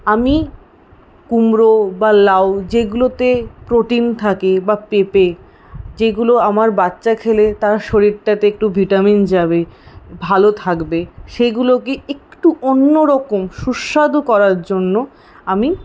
আমি কুমড়ো বা লাউ যেগুলোতে প্রোটিন থাকে বা পেঁপে যেগুলো আমার বাচ্চা খেলে তার শরীরটাতে একটু ভিটামিন যাবে ভালো থাকবে সেগুলোকে একটু অন্যরকম সুস্বাদু করার জন্য আমি